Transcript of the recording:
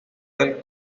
del